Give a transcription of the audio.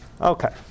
Okay